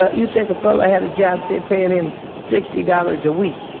ah you take a fella had a job, say, paying him sixty dollars a week,